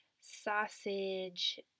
sausage